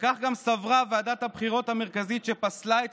וכך סברה גם ועדת הבחירות המרכזית, ופסלה את